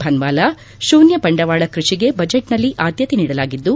ಭನ್ವಾಲಾ ಶೂನ್ಯ ಬಂಡವಾಳ ಕೃಷಿಗೆ ಬಜೆಟ್ನಲ್ಲಿ ಆದ್ಯತೆ ನೀಡಲಾಗಿದ್ದು